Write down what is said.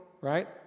right